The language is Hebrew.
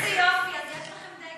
איזה יופי, אז יש לכם דגל.